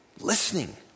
Listening